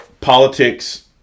politics